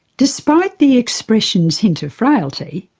despite the expression's hint of frailty,